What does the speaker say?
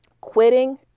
Quitting